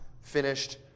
finished